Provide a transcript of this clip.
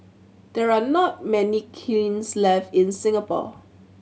there are not many kilns left in Singapore